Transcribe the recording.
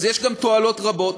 אז גם יש גם תועלות רבות.